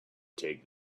take